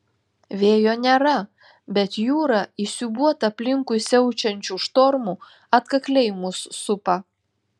vėjo nėra bet jūra įsiūbuota aplinkui siaučiančių štormų atkakliai mus supa